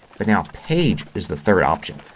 but now page is the third option.